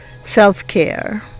self-care